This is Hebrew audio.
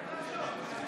אינו נוכח ישראל אייכלר,